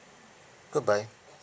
good bye